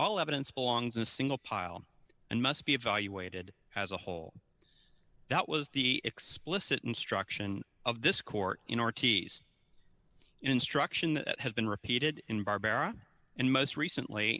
all evidence belongs in a single pile and must be evaluated as a whole that was the explicit instruction of this court in artie's instruction that has been repeated in barbera and most recently